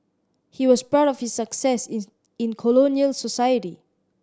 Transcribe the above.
he was proud of his success in colonial society